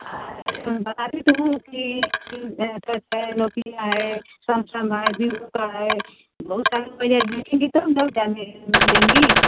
तो हूँ कि नोकिया है समसंग है वीवो का है बहुत सारी मोबाईलें देखेंगी तब न लेंगी